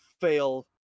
fail